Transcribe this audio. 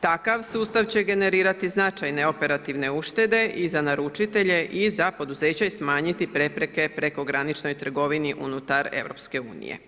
Takav sustav će generirati značajne operativne uštede i za naručitelje i za poduzeće i smanjiti prepreke prekograničnoj trgovini unutar EU.